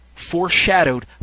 foreshadowed